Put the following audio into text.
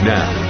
now